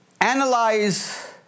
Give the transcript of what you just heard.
analyze